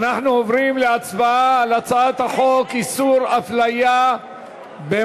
אנחנו עוברים להצבעה על הצעת חוק איסור הפליה במוצרים,